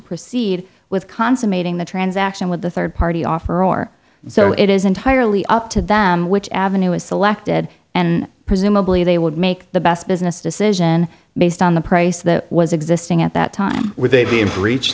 proceed with consummating the transaction with a third party offer or so it is entirely up to them which avenue is selected and presumably they would make the best business decision based on the price that was existing at that time with a b in breach